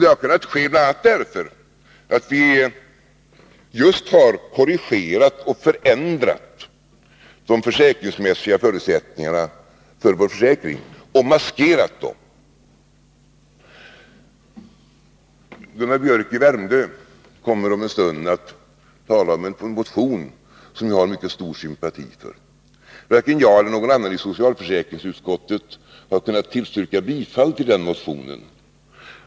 Det har kunnat ske bl.a. därför att vi just har korrigerat och förändrat de försäkringsmässiga förutsättningarna för vår försäkring och maskerat den. Gunnar Biörck i Värmdö kommer om en stund att tala om en motion, som jag har mycket stor sympati för. Varken jag eller någon annan i socialförsäkringsutskottet har kunnat yrka bifall till den motionen.